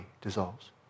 dissolves